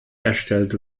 erstellt